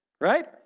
Right